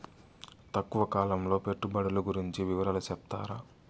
తక్కువ కాలం పెట్టుబడులు గురించి వివరాలు సెప్తారా?